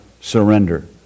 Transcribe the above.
surrender